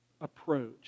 approach